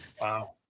Wow